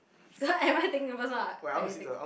so am I taking the first one are you taking